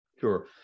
Sure